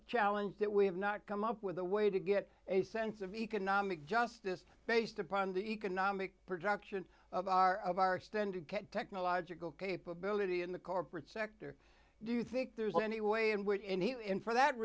challenge that we have not come up with a way to get a sense of economic justice based upon the economic production of our of our extended technological capability in the corporate sector do you think there's any way in which any in for that